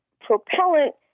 propellant